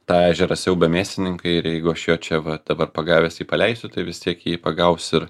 tą ežerą siaubia mėsininkai ir jeigu aš jo čia va dabar pagavęs jį paleisiu tai vis tiek jį pagaus ir